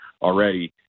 already